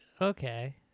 Okay